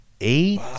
Eight